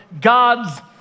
God's